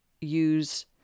use